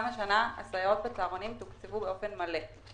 גם השנה הסייעות בצהרונים תוקצבו באופן מלא.